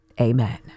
Amen